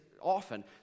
often